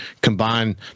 combine